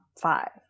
five